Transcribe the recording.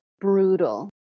brutal